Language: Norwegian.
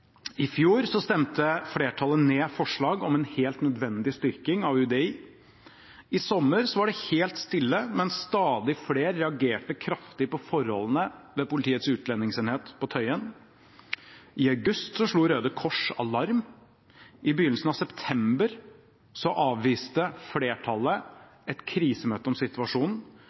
I fjor stemte flertallet ned forslag om en helt nødvendig styrking av UDI. I sommer var det helt stille, men stadig flere reagerte kraftig på forholdene ved Politiets utlendingsenhet på Tøyen. I august slo Røde Kors alarm. I begynnelsen av september avviste flertallet